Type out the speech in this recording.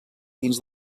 dins